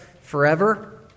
forever